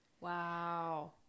Wow